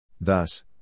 Thus